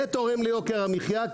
זה תורם ליוקר המחייה,